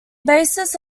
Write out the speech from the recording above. basis